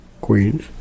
Queens